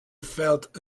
felt